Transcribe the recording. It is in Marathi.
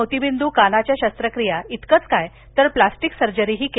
मोतीबिंद्र कानाच्या शस्त्रक्रिया इतकंच काय तर प्लास्टिक सर्जरीही केली गेली